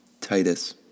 Titus